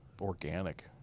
organic